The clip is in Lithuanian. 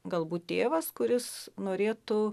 galbūt tėvas kuris norėtų